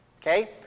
Okay